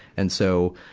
and so,